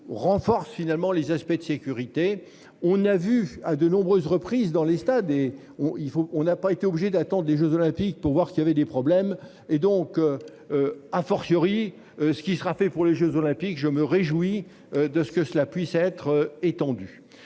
Renforce finalement les aspects de sécurité, on a vu à de nombreuses reprises dans les stades et on il faut on n'a pas été obligé d'attente des Jeux olympiques pour voir qu'il y avait des problèmes et donc. A fortiori ce qui sera fait pour les Jeux olympiques, je me réjouis de ce que cela puisse être étendue.